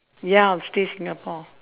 ya I'll stay singapore